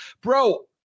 Bro